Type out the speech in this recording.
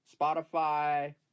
spotify